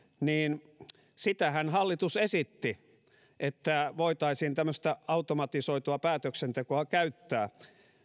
niin sitähän hallitus esitti että voitaisiin tämmöistä automatisoitua päätöksentekoa käyttää